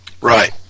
right